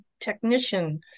technician